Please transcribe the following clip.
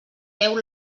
déu